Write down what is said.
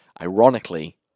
Ironically